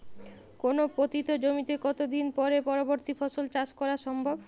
কোনো পতিত জমিতে কত দিন পরে পরবর্তী ফসল চাষ করা সম্ভব?